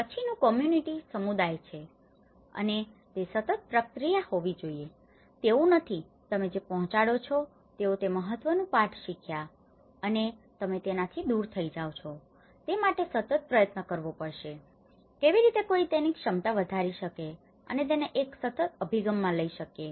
અને પછીનુ કોમ્યુનીટીcommunityસમુદાય છે અને તે સતત પ્રક્રિયા હોવી જોઈએ તેવું નથી કે તમે જે પહોંચાડો છો તેઓ તે મહત્વનું પાઠ શીખ્યા અને તમે તેનાથી દૂર થઇ જાવ છો તે માટે સતત પ્રયત્ન કરવો પડશે કેવી રીતે કોઈ તેની ક્ષમતા વધારી શકે છે અને તેને એક સતત અભિગમમાં લઇ શકે છે